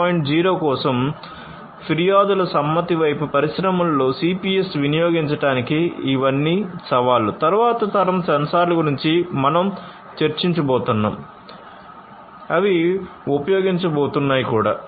0 కోసం ఫిర్యాదుల సమ్మతి వైపు పరిశ్రమలలో సిపిఎస్ నియోగించడానికి ఇవన్నీ సవాళ్లు తరువాతి తరం సెన్సార్ల గురించి మనం చర్చించబోతున్నాం అవి ఉపయోగించబోతున్నాయి కూడా